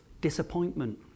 disappointment